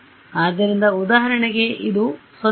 ಆದ್ದರಿಂದ ಉದಾಹರಣೆಗೆ ಇದು 0